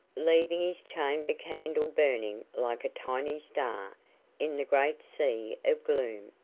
leaving his chamber candle burning like a tiny star in the great sea of gloom,